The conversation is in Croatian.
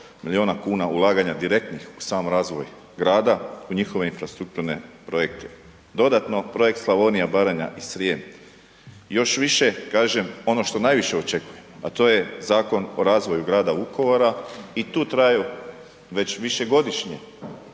milijuna kuna ulaganja direktnih u sam razvoj Grada, u njihove infrastrukturne projekte. Dodatno Projekt Slavonija, Baranja i Srijem, još više, kažem ono što najviše očekujem, a to je Zakon o razvoju Grada Vukovara i tu traju već višegodišnji,